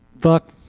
fuck